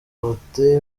protais